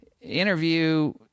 interview